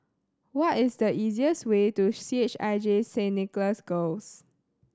what is the easiest way to C H I J Nicholas Girls